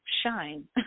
shine